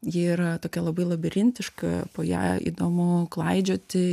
ji yra tokia labai labirintiška ir po ją įdomu klaidžioti